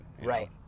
Right